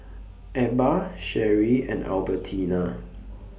Ebba Sherie and Albertina